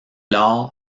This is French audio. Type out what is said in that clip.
lors